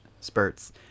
spurts